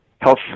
health